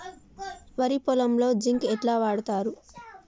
వరి పొలంలో జింక్ ఎట్లా వాడుతరు?